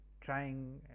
trying